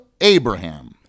Abraham